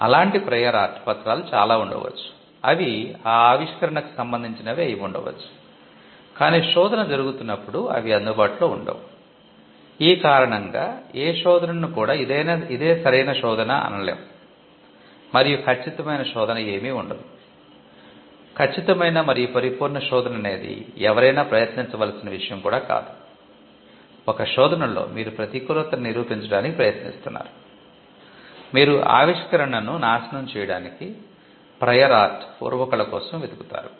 అలాంటి prior art కోసం వెతుకుతారు